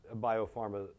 biopharma